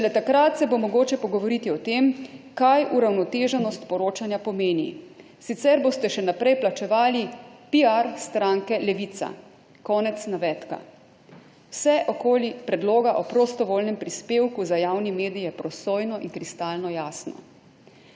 Šele takrat se bo mogoče pogovoriti o tem, kaj uravnoteženost poročanja pomeni, sicer boste še naprej plačevali piar stranke Levica«. Konec navedka. Vse okoli predloga o prostovoljnem prispevku za javni medij je prosojno in kristalno jasno.